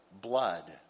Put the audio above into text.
Blood